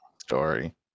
story